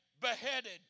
beheaded